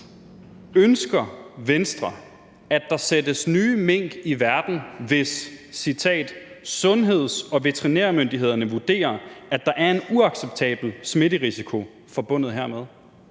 Ønsker Venstre, at der sættes nye mink i verden, »hvis sundheds- og veterinærmyndighederne vurderer, at der er en uacceptabel smitterisiko forbundet hermed«?